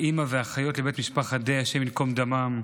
האימא והאחיות לבית משפחת די, ה' ייקום דמן,